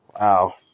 Wow